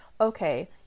okay